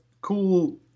cool